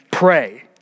Pray